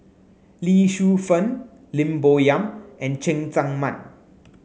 Lee Shu Fen Lim Bo Yam and Cheng Tsang Man